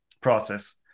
process